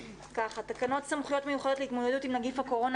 תקנות סמכויות מיוחדות להתמודדות עם נגיף הקורונה